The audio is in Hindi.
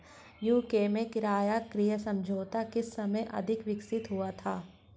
यू.के में किराया क्रय समझौता किस समय अधिक विकसित हुआ था?